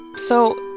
so,